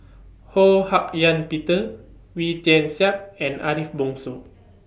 Ho Hak Ean Peter Wee Tian Siak and Ariff Bongso